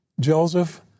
Joseph